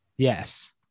Yes